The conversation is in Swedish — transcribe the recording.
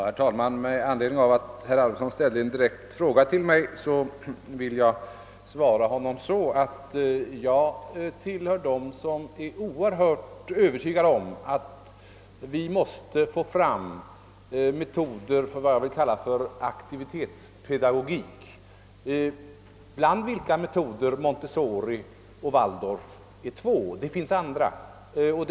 Herr talman! Med anledning av att herr Arvidson ställde en direkt fråga till mig vill jag svara att jag tillhör dem som är helt övertygade om att vi måste få fram metoder för vad jag vill kalla aktivitetspedagogik. Redan nu existerar bl.a. montessoripedagogiken och waldorfpedagogiken — flera metoder finns.